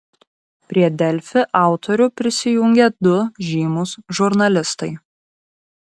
prie delfi autorių prisijungė du žymūs žurnalistai